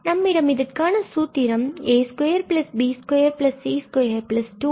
நம்மிடம் இதற்கான சூத்திரம் a2b2c22ab2bc2ca உள்ளது